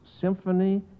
Symphony